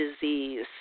disease